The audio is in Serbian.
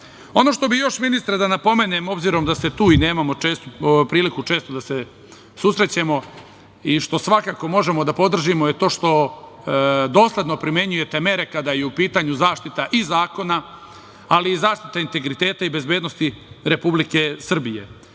što bih još, ministre, da napomenem, obzirom da ste tu i nemamo često priliku da se susrećemo i što svakako možemo da podržimo, je to što dosledno primenjujete mere kada je u pitanju zaštita i zakona, ali i zaštita integriteta i bezbednosti Republike Srbije.